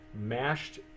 mashed